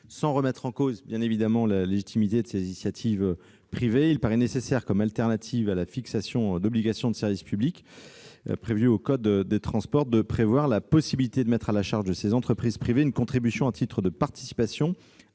Sans remettre en cause la légitimité de ces initiatives privées, il paraît nécessaire, comme solution de remplacement à la fixation d'obligations de service public prévues au code des transports, de prévoir la possibilité de mettre à la charge de ces entreprises privées une contribution à titre de participation